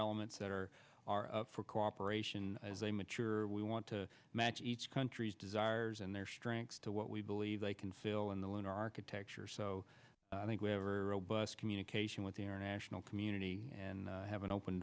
elements that are are for cooperation as they mature we want to match each country's desire ours and their strengths to what we believe they can fill in the in our architecture so i think we have communication with the international community and have an open